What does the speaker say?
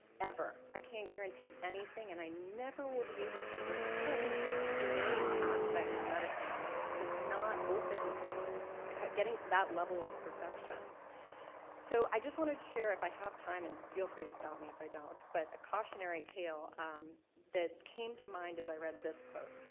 ever. i can't guarantee anything and i never will be able to. there's a certain innate aspect of medicine that is just not open to getting to that level of perfection so i just wanted to share if i have time and feel free to stop me, if i don't, but a cautionary tale that came to mind as i read this quote.